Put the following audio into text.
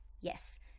Yes